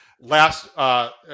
last